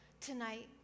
tonight